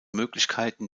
möglichkeiten